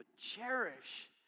Cherish